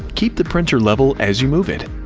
keep the printer level as you move it.